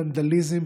ונדליזם,